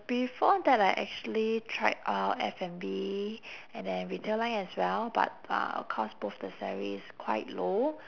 before that I actually tried uh F&B and then retail line as well but uh cause both the salaries quite low